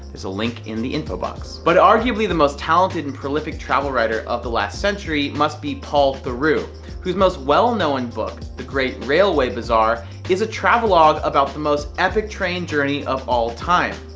a link in the info box. but arguable the the most talented and prolific travel writer of the last century must be paul theroux whose most well known book, the great railway bizarre is a travel log about the most epic train journey of all time.